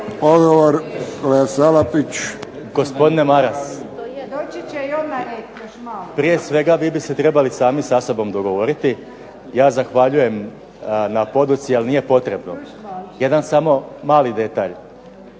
Josip (HDZ)** Gospodine Maras, prije svega vi biste trebali sami sa sobom dogovoriti. Ja zahvaljujem na poduci, ali nije potrebno. Jedan samo mali detalj.